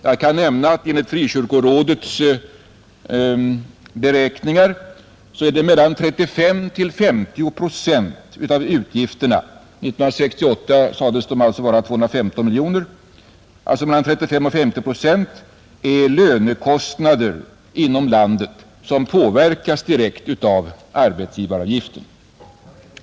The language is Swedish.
Jag kan nämna att enligt Frikyrkoårets beräkningar är mellan 35 och 50 procent av utgifterna — som 1968 sades uppgå till 215 miljoner kronor — lönekostnader inom landet, som påverkas direkt av arbetsgivaravgiften.